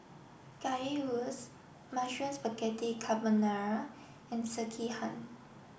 Currywurst Mushroom Spaghetti Carbonara and Sekihan